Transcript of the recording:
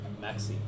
Maxi